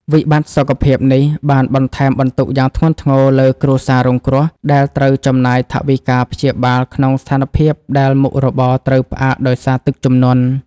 វិបត្តិសុខភាពនេះបានបន្ថែមបន្ទុកយ៉ាងធ្ងន់លើគ្រួសាររងគ្រោះ ដែលត្រូវចំណាយថវិកាព្យាបាលក្នុងស្ថានភាពដែលមុខរបរត្រូវផ្អាកដោយសារទឹកជំនន់។